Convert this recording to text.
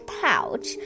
pouch